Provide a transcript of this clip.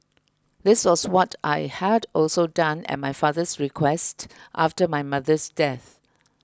this was what I had also done at my father's request after my mother's death